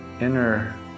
inner